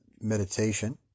Meditation